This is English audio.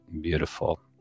Beautiful